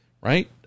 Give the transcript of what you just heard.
right